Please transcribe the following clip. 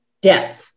depth